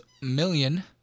million